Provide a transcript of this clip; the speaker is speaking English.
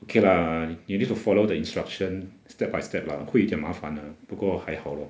okay lah you need to follow the instruction step by step lah 会一点麻烦 lah 不过还好 lor